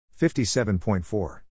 57.4